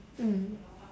mmhmm